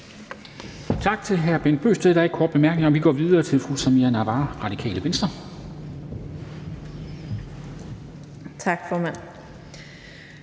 Tak til hr. Bent Bøgsted. Der er ikke korte bemærkninger. Vi går videre til fru Samira Nawa, Radikale Venstre. Kl.